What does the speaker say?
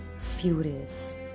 furious